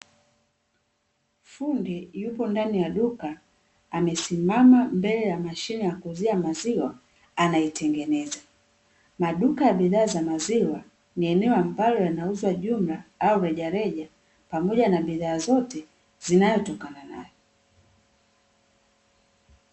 Fundi yupo ndani ya duka amesimama mbele ya mashine ya kuuzia maziwa anaitengeneza, maduka ya bidhaa za maziwa ni eneo ambalo yanauzwa jumla au rejareja pamoja na bidhaa zote zinzyotokana nayo.